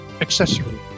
accessory